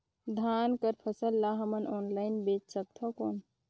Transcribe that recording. धान कर फसल ल हमन ऑनलाइन बेच सकथन कौन?